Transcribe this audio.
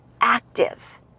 active